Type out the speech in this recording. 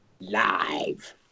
Live